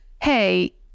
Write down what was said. hey